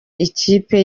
ikipe